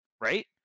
right